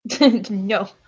no